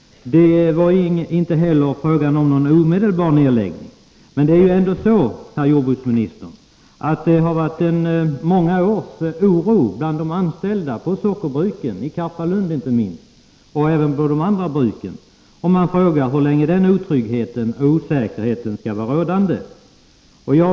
Det skulle inte heller bli fråga om någon omedelbar nedläggning. Men, herr jordbruksminister, det har varit oro bland de anställda på sockerbruken, inte minst på Karpalund, i många år, och man frågar hur länge otrygghet och osäkerhet skall vara rådande.